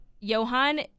Johan